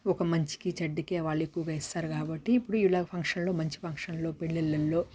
ఒక మంచికి చెడ్డకి వాళ్ళు ఎక్కువగా ఇస్తారు కాబట్టి ఇప్పుడు ఇలాగ ఫంక్షన్లో మంచి ఫంక్షన్లో పెళ్ళిళల్లో